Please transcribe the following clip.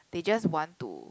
they just want to